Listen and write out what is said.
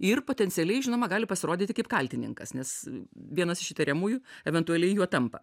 ir potencialiai žinoma gali pasirodyti kaip kaltininkas nes vienas iš įtariamųjų eventualiai juo tampa